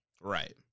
right